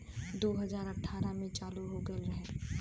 दू हज़ार अठारह से चालू हो गएल रहे